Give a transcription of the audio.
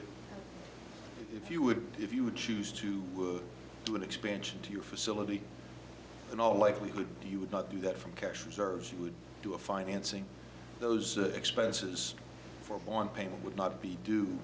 if you would if you would choose to do an expansion to your facility in all likelihood you would not do that from cash reserves you would do a financing those expenses for one payment would not be d